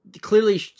clearly